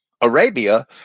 Arabia